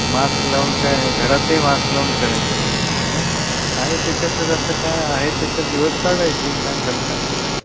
mask लावून काय घरातही मास्क लावून फिरायचं का हं आहे त्याच्यातच आता काय आहे त्याच्यात दिवस काढायचे काय करता काय